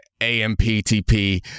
AMPTP